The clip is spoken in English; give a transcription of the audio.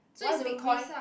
so is a risk ah